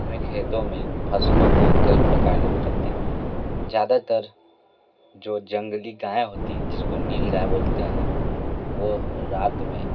अपने खेतों में फ़सलों को कई प्रकार के बताते हैं ज़्यादातर जो जंगली गायें होती है जिसको नीलगाय बोलते हैं वह रात में